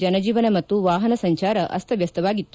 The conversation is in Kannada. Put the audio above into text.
ಜನಜೀವನ ಮತ್ತು ವಾಹನ ಸಂಚಾರ ಅಸ್ತವ್ಯಸ್ತವಾಗಿತ್ತು